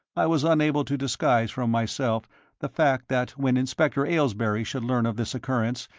i was unable to disguise from myself the fact that when inspector aylesbury should learn of this occurrence,